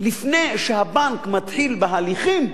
לפני שהבנק מתחיל בהליכים,